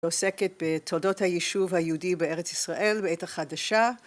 ועוסקת בתולדות היישוב היהודי בארץ ישראל בעת החדשה